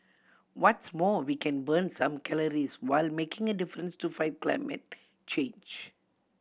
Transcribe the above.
what's more we can burn some calories while making a difference to fight climate change